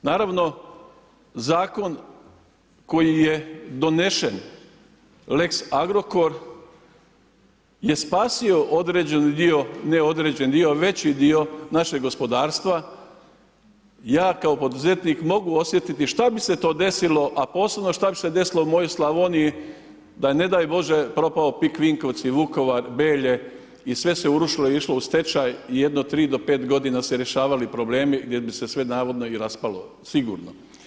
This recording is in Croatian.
Naravno, Zakon koji je donesen, lex-Agrokor je spasio određeni dio, ne određeni dio, veći dio našeg gospodarstva, ja kao poduzetnik mogu osjetiti šta bi se to desilo, a posebno šta bi se desilo mojoj Slavoniji da je, ne daj Bože, propao PIK Vinkovci, Vukovar, Belje i sve se urušilo i išlo u stečaj, jedno 3-5 godina se rješavali problemi gdje bi se sve navodno i raspalo, sigurno.